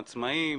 עצמאים,